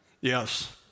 yes